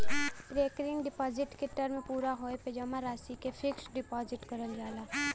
recurring deposit क term पूरा होये पे जमा राशि क फिक्स्ड डिपाजिट करल जाला